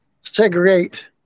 segregate